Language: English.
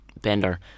Bender